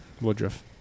Woodruff